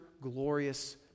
glorious